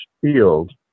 field